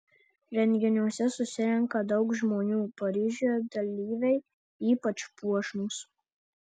renginiuose susirenka daug žmonių paryžiuje dalyviai ypač puošnūs